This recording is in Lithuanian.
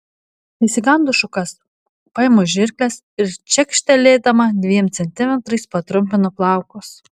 įsikandu šukas paimu žirkles ir čekštelėdama dviem centimetrais patrumpinu plaukus